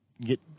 get